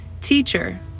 Teacher